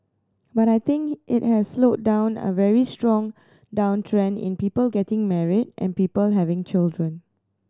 but I think it has slowed down a very strong downtrend in people getting married and people having children